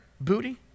booty